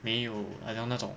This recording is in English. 没有好像那种